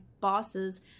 bosses